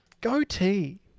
Goatee